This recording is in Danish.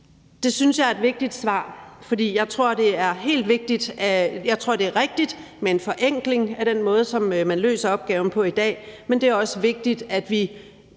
Det synes jeg er et vigtigt svar, for jeg tror, at det er rigtigt med en forenkling af den måde, som man løser opgaven på i dag, men det er også vigtigt, at vi